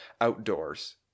outdoors